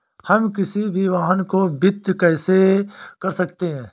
हम किसी भी वाहन को वित्त कैसे कर सकते हैं?